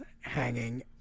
hanging